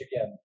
again